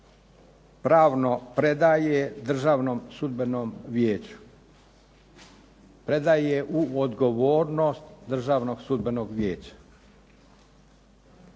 pravno predaje Državnom sudbenom vijeću, predaje u odgovornost Državnog sudbenog vijeća,